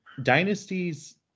dynasties